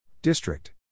District